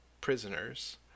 prisoners